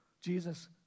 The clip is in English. Jesus